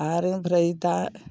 आरो ओमफ्राय दा